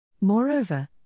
Moreover